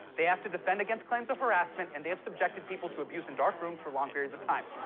they have to defend against claims of harassment, and they've subjected people to abuse in dark rooms for long periods of time.